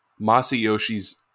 Masayoshi's